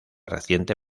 reciente